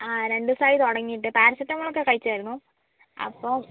ആ രണ്ട് ദിവസമായി തുടങ്ങീട്ട് പാരസെറ്റമോളൊക്കെ കഴിച്ചായിരുന്നു അപ്പോൾ